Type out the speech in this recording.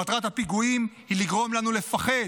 מטרת הפיגועים היא לגרום לנו לפחד,